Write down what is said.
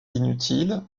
inutiles